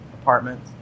apartment